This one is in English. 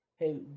Hey